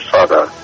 Father